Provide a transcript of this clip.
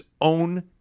own